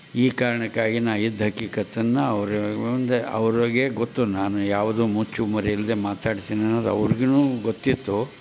ಈ ಕಾರಣಕ್ಕಾಗಿ ನಾ ಇದ್ದ ಹಕ್ಕಿಕತ್ತನ್ನು ಅವರ ಒಂದು ಅವ್ರಿಗೇ ಗೊತ್ತು ನಾನು ಯಾವುದು ಮುಚ್ಚು ಮರೆ ಇಲ್ಲದೆ ಮಾತಾಡ್ತೀನಿ ಅನ್ನೋದು ಅವ್ರಿಗೂ ಗೊತ್ತಿತ್ತು